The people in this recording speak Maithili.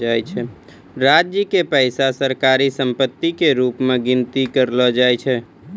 राज्य के पैसा सरकारी सम्पत्ति के रूप मे गनती करलो जाय छै